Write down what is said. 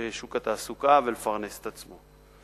בשוק התעסוקה ולפרנס את עצמו.